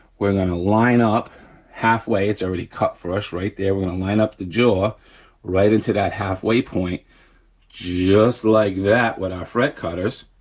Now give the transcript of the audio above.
we're gonna line up halfway, it's already cut for us right there, we're gonna line up the jaw right into that halfway point just like that with our fret cutters,